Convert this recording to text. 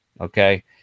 okay